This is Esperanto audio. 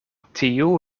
tiu